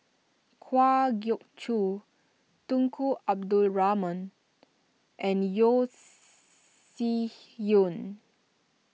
Kwa Geok Choo Tunku Abdul Rahman and Yeo Shih Yun